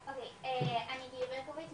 אני גילי ברקוביץ,